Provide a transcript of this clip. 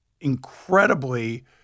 incredibly